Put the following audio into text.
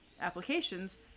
applications